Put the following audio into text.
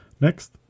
Next